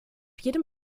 jedem